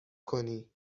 کنی